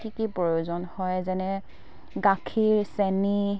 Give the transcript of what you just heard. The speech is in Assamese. কি কি প্ৰয়োজন হয় যেনে গাখীৰ চেনি